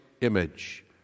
image